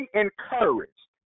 encouraged